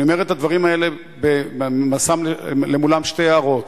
אני אומר את הדברים האלה ושם למולם שתי הערות.